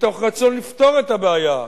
מתוך רצון לפתור את הבעיה.